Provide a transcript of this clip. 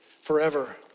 forever